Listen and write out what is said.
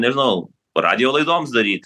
nežinau radijo laidoms daryt